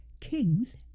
kings